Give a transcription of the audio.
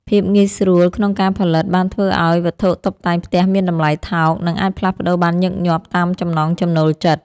ភាពងាយស្រួលក្នុងការផលិតបានធ្វើឱ្យវត្ថុតុបតែងផ្ទះមានតម្លៃថោក និង អាចផ្លាស់ប្តូរបានញឹកញាប់តាមចំណង់ចំណូលចិត្ត។